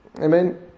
Amen